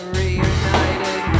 reunited